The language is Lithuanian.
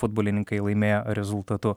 futbolininka i laimėjo rezultatu